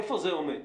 איפה זה עומד?